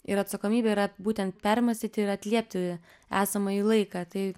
ir atsakomybė yra būtent permąstyti ir atliepti esamąjį laiką tai